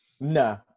No